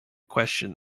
questioned